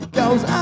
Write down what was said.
goes